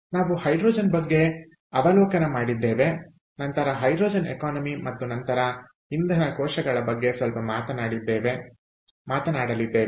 ನಾವು ಹೈಡ್ರೋಜನ್ಬಗ್ಗೆ ಅವಲೋಕನ ಮಾಡಲಿದ್ದೇವೆ ನಂತರ ಹೈಡ್ರೋಜನ್ ಎಕಾನಮಿ ಮತ್ತು ನಂತರ ಇಂಧನ ಕೋಶಗಳ ಬಗ್ಗೆ ಸ್ವಲ್ಪ ಮಾತನಾಡಲಿದ್ದೇವೆ